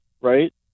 right